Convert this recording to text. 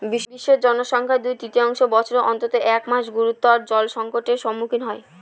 বিশ্বের জনসংখ্যার দুই তৃতীয়াংশ বছরের অন্তত এক মাস গুরুতর জলসংকটের সম্মুখীন হয়